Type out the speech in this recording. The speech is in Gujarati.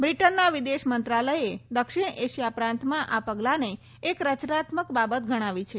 બ્રિટનના વિદેશ મંત્રાલયે દક્ષિણ એશિયા પ્રાંતમાં આ પગલાંને એક રચનાત્મક બાબત ગણાવી છે